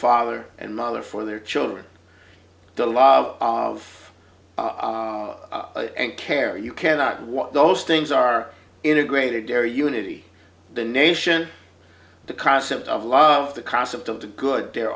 father and mother for their children the love of and care you cannot what those things are integrated care unity the nation the concept of love the concept of the good they're